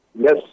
Yes